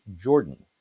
Jordan